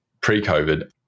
pre-COVID